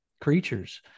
creatures